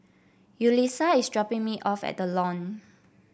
Yulisa is dropping me off at The Lawn